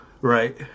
Right